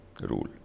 rule